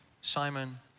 Simon